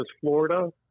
Florida